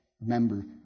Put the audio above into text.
remember